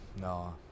no